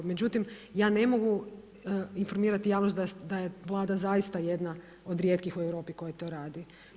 Međutim, ja ne mogu informirati javnost da je vlada zaista jedna od rijetkih u Europi koja to radi.